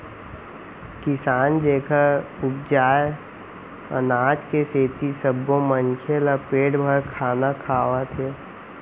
किसान जेखर उपजाए अनाज के सेती सब्बो मनखे ल पेट भर खाना खावत हे